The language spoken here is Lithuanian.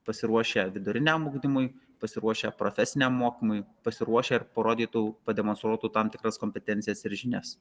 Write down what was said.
pasiruošę viduriniam ugdymui pasiruošę profesiniam mokymui pasiruošę ir parodytų pademonstruotų tam tikras kompetencijas ir žinias